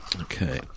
Okay